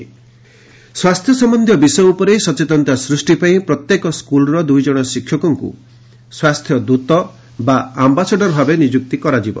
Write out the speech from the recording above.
health ambassador ସ୍ୱାସ୍ଥ୍ୟ ସମ୍ବନ୍ଧୀୟ ବିଷୟ ଉପରେ ସଚେତନତା ସୃଷ୍ଟି ପାଇଁ ପ୍ରତ୍ୟେକ ସ୍କୁଲର ଦୁଇ ଜଣ ଶିକ୍ଷକଙ୍କୁ ସ୍ୱାସ୍ଥ୍ୟ ଓ ୱେଲ୍ନେସ ଆମ୍ବାସଡର ଭାବେ ନିଯୁକ୍ତ କରାଯିବ